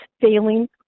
failing